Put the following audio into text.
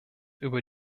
über